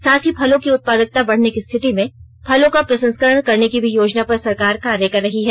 साथ ही फलों की उत्पादकता बढ़ने की स्थिति में फलों का प्रसंस्करण करने की भी योजना पर सरकार कार्य कर रही है